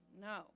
No